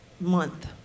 month